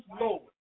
Lord